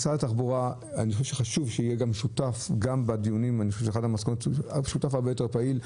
חשוב שמשרד התחבורה יהיה שותף הרבה יותר פעיל בדיונים.